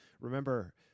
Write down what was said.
remember